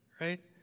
right